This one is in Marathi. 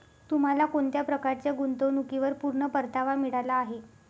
तुम्हाला कोणत्या प्रकारच्या गुंतवणुकीवर पूर्ण परतावा मिळाला आहे